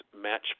match